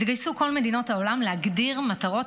התגייסו כל מדינות העולם להגדיר מטרות